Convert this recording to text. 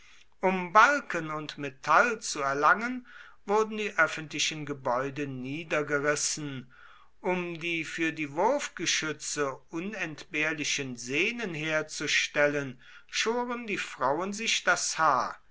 um balken und metall zu erlangen wurden die öffentlichen gebäude niedergerissen um die für die wurfgeschütze unentbehrlichen sehnen herzustellen schoren die frauen sich das haar